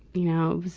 you know, it was,